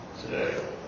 today